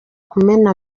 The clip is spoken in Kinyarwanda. kumena